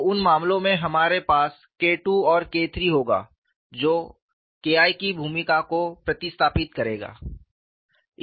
तो उन मामलों में हमारे पास K II और K III होगा जो K I की भूमिका को प्रतिस्थापित करेगा